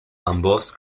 ambos